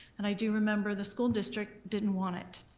and i do remember the school district didn't want it.